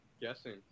guessing